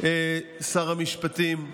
שר המשפטים,